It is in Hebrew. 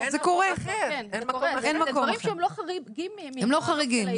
זה דברים שהם לא חריגים --- הם לא חריגים.